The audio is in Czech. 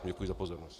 Děkuji za pozornost.